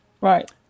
Right